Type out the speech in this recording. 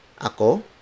ako